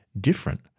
different